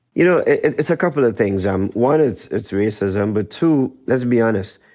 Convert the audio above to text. you know, it's a couple of things. um one is it's racism. but, two, let's be honest.